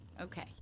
Okay